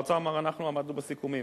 האוצר אמר: אנחנו עמדנו בסיכומים.